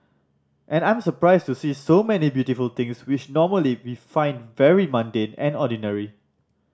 and I'm surprised to see so many beautiful things which normally we find very mundane and ordinary